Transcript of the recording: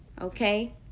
Okay